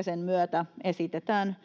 Sen myötä esitetään